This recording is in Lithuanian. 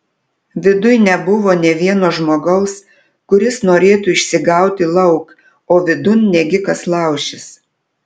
viduj nebuvo nė vieno žmogaus kuris norėtų išsigauti lauk o vidun negi kas laušis